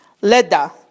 Leda